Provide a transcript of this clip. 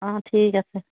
অ ঠিক আছে